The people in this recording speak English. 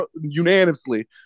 unanimously